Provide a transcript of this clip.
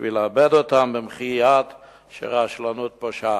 בשביל לאבד אותם במחי יד של רשלנות פושעת.